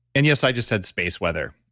and yes, i just had space weather.